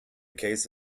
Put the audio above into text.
case